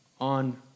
on